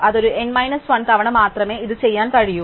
അതായതു n 1 തവണ മാത്രമേ ഇതു ചെയ്യാൻ കഴിയൂ